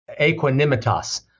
equanimitas